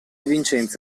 vincenzi